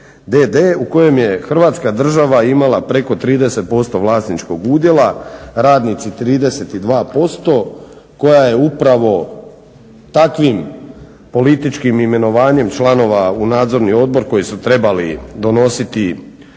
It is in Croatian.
u kojem je Hrvatska država imala preko 30% vlasničkog udjela, radnici 32%, koja je upravo takvim političkim imenovanjem članova u Nadzorni odbor koji su trebali donositi